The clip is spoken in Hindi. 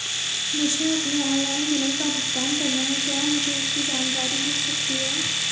मुझे अपने ऑनलाइन बिलों का भुगतान करना है क्या मुझे इसकी जानकारी मिल सकती है?